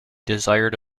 desired